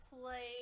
play